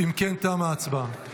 אם כן, תמה ההצבעה.